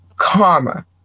Karma